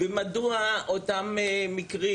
ומה עם אותם מקרים,